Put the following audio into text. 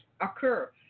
occur